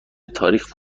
تاریخ